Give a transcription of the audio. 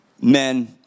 men